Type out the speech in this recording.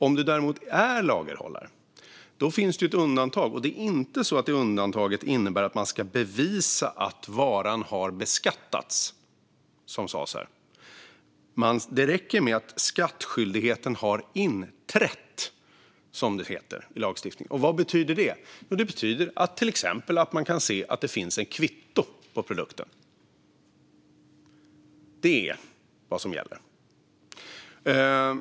Och är man lagerhållare finns det ett undantag, och det undantaget innebär inte att man ska bevisa att varan har beskattats. Det räcker att skattskyldigheten har inträtt. Vad betyder det? Jo, till exempel att det finns ett kvitto på produkten. Det är vad som gäller.